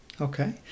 Okay